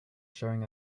showing